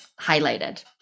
highlighted